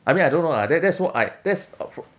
I mean I don't know lah that that's what I that's uh f~